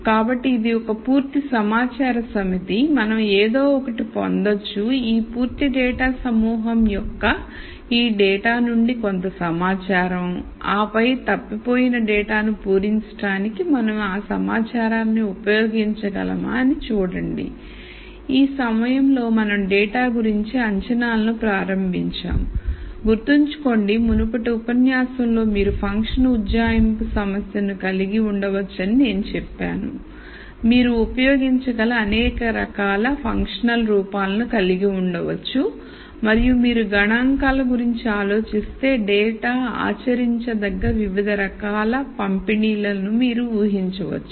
కాబట్టి ఇది ఒక పూర్తి సమాచార సమితి కాబట్టి మనం ఏదో ఒకటి పొందవచ్చు ఈ పూర్తి డేటా సమూహం యొక్క ఈ డేటా నుండి కొంత సమాచారంఆపై తప్పిపోయిన డేటాను పూరించడానికి మనం ఆ సమాచారాన్ని ఉపయోగించగలమా అని చూడండి ఈ సమయంలో మనం డేటా గురించి అంచనాలను ప్రారంభించాము గుర్తుంచుకోండి మునుపటి ఉపన్యాసం లో మీరు ఫంక్షన్ ఉజ్జాయింపు సమస్యను కలిగి ఉండవచ్చని నేను చెప్పాను మీరు ఉపయోగించగల అనేక రకాల ఫంక్షనల్ రూపాలను కలిగి ఉండవచ్చు మరియు మీరు గణాంకాల గురించి ఆలోచిస్తే డేటా ఆచరించదగ్గ వివిధ రకాల పంపిణీ లను మీరు ఊహించవచ్చు